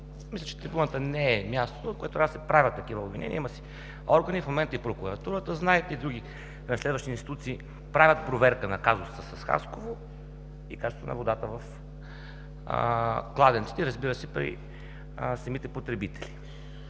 Мисля, че трибуната не е мястото, откъдето трябва да се правят такива обвинения. Има си органи, в момента и Прокуратурата знаят, и други разследващи институции правят проверка на казуса с Хасково и качеството на водата в кладенците и, разбира се, при самите потребители.